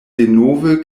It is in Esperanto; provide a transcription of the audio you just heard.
denove